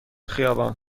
خیابان